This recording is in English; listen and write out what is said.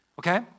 Okay